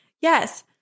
Yes